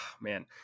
man